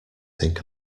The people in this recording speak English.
think